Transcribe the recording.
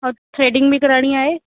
ऐं थ्रेडिंग बि कराइणी आहे